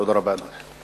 תודה רבה, אדוני.